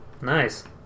Nice